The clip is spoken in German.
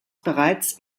bereits